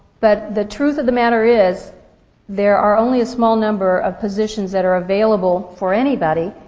but the truth of the matter is there are only a small number of positions that are available for anybody,